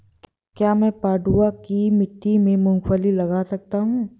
क्या मैं पडुआ की मिट्टी में मूँगफली लगा सकता हूँ?